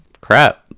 crap